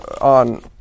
on